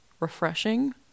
refreshing